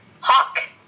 hawk